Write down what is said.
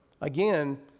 Again